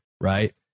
Right